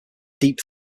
deep